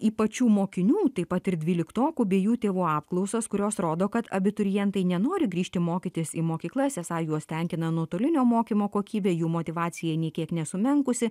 į pačių mokinių taip pat ir dvyliktokų bei jų tėvų apklausas kurios rodo kad abiturientai nenori grįžti mokytis į mokyklas esą juos tenkina nuotolinio mokymo kokybė jų motyvacija nė kiek nesumenkusi